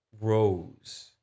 rose